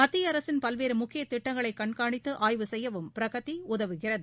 மத்திய அரசின் பல்வேறு முக்கிய திட்டங்களை கண்காணித்து அப்வு செய்யவும் பிரகதி உதவுகிறது